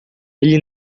ele